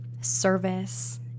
service